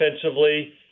offensively